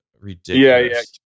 ridiculous